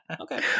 Okay